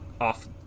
off